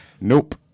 Nope